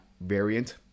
variant